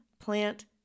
plant